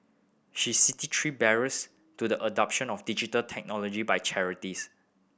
she city three barriers to the adoption of digital technology by charities